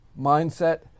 mindset